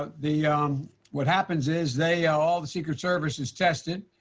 but the um what happens is they all the secret service is tested,